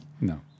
No